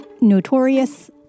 notorious